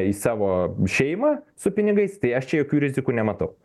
į savo šeimą su pinigais tai aš čia jokių rizikų nematau